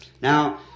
Now